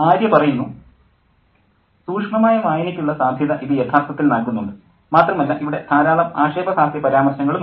ആര്യ സൂക്ഷ്മമായ വായനയ്ക്കുള്ള സാധ്യത ഇത് യഥാർത്ഥത്തിൽ നൽകുന്നുണ്ട് മാത്രമല്ല ഇവിടെ ധാരാളം ആക്ഷേപഹാസ്യ പരാമർശങ്ങളുമുണ്ട്